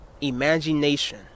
imagination